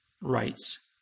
rights